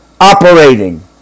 operating